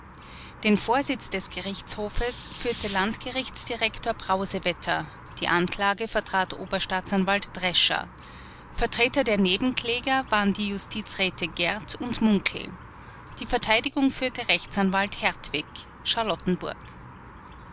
den vorsitz des gerichtshofes führte landgerichtsdirektor brausewetter die anklage vertrat oberstaatsanwalt drescher vertreter der nebenkläger waren die justizräte gerth und munckel die verteidigung führte rechtsanwalt hertwig